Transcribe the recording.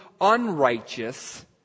unrighteous